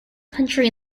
country